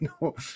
No